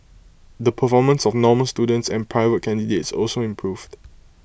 the performance of normal students and private candidates also improved